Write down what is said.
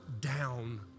down